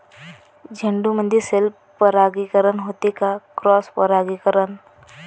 झेंडूमंदी सेल्फ परागीकरन होते का क्रॉस परागीकरन?